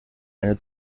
eine